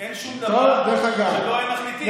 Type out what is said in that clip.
אין שום דבר שלא הם מחליטים.